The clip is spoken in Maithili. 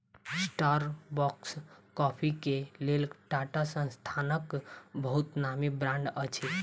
स्टारबक्स कॉफ़ी के लेल टाटा संस्थानक बहुत नामी ब्रांड अछि